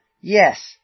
Yes